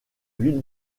ville